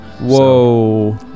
Whoa